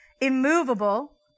immovable